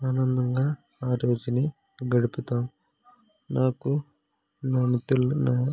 ఆనందంగా ఆ రోజుని గడుపుతాము నాకు నా వృద్ధులునూ